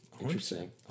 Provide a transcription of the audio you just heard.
Interesting